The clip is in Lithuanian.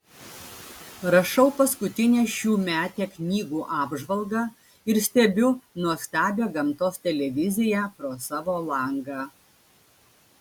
rašau paskutinę šiųmetę knygų apžvalgą ir stebiu nuostabią gamtos televiziją pro savo langą